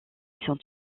sont